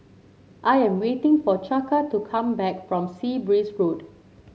I am waiting for Chaka to come back from Sea Breeze Road